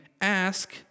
Ask